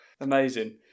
Amazing